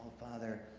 father,